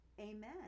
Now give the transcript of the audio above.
amen